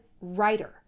writer